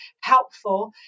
helpful